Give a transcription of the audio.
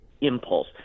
impulse